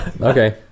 Okay